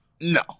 No